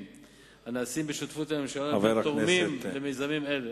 הנעשים בשותפות בין הממשלה לבין תורמים למיזמים אלו.